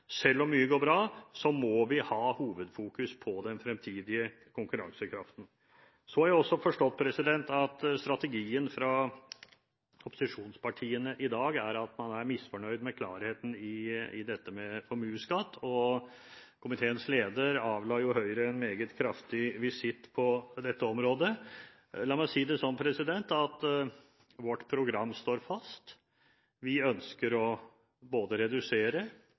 Selv om mye går bra, må vi ha hovedfokus på den fremtidige konkurransekraften. Jeg har også forstått at strategien fra opposisjonspartiene i dag er at man er misfornøyd med klarheten i dette med formuesskatt, og komiteens leder avla Høyre en meget kraftig visitt på dette området. La meg si det slik: Vårt program står fast. Vi ønsker både å redusere